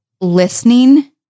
listening